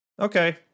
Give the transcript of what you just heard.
okay